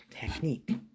technique